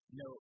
no